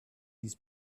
his